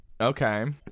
okay